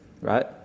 right